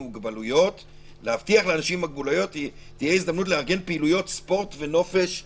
מוגבלויות תהיה הזדמנות לארגן פעילויות ספורט ונופש וכו'.